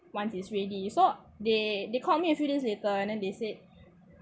once it's ready so they they call me a few days later then they said